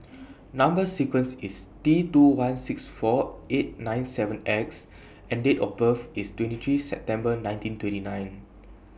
Number sequence IS T two one six four eight nine seven X and Date of birth IS twenty three September nineteen twenty nine